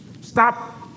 Stop